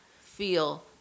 feel